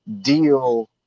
deal